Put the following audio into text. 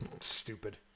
stupid